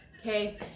okay